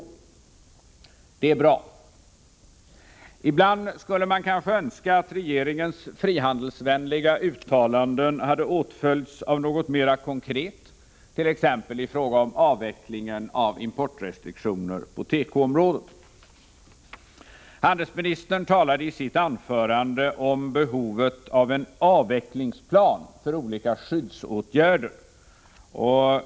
Det är bra. Ibland skulle man kanske önska att regeringens frihandelsvänliga uttalanden hade åtföljts av något mera konkret t.ex. i fråga om avvecklingen av importrestriktionerna på tekoområdet. Handelsministern talade i sitt anförande om behovet av en avvecklingsplan för olika skyddsåtgärder.